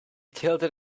tilted